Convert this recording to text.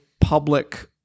public